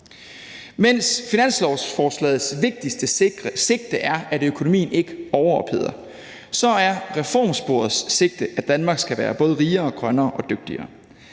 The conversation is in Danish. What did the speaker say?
Mens finanslovsforslagets vigtigste sigte er, at økonomien ikke overophedes, så er reformsporets sigte, at Danmark skal være både rigere og grønnere og dygtigere.